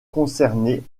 concernée